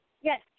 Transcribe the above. Yes